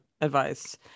advice